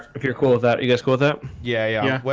if you're cool with that you guys go that yeah,